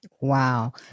Wow